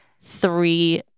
three